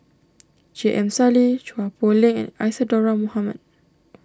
J M Sali Chua Poh Leng and Isadhora Mohamed